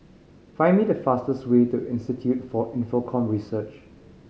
find the fastest way to Institute for Infocomm Research